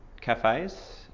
cafes